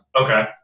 Okay